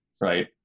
right